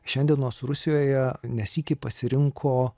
šiandienos rusijoje ne sykį pasirinko